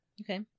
Okay